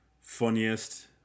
Funniest